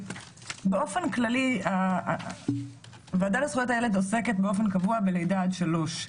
באופן כללי הוועדה לזכויות הילד עוסקת באופן קבוע בלידה עד שלוש.